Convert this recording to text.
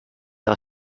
are